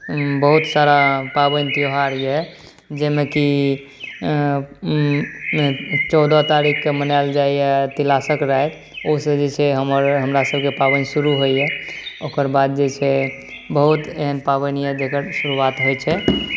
बहुत सारा पाबनि त्योहार अइ जाहिमे कि चौदह तारीखके मनाएल जाइए तिला सँक्रान्ति ओहिसँ जे छै हमर हमरा सबके पाबनि शुरू होइए ओकर बाद जे छै बहुत एहन पाबनि अइ जकर शुरुआत होइ छै